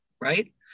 right